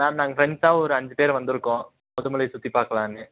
ma'am நாங்கள் ஃப்ரெண்ட்ஸாக ஒரு அஞ்சு பேர் வந்திருக்கோம் முதுமலையை சுற்றி பார்க்கலாம்னு